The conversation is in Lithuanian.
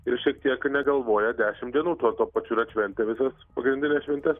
ir šiek tiek negalvoja dešimt dienų tuo tuo pačiu ir atšventę visas pagrindines šventes